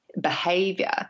behavior